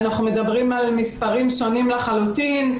אנחנו מדברים על מספרים שונים לחלוטין.